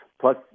Plus